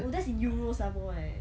oh that's in euros some more eh